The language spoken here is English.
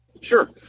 Sure